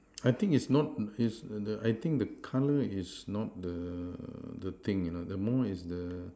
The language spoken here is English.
I think it's not his err I think the colour is not the the thing you know the more is the